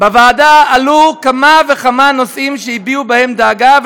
בוועדה עלו כמה וכמה נושאים שהביעו בהם דאגה,